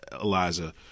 Eliza